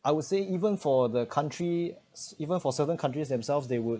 I would say even for the country even for certain countries themselves they would